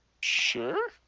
Sure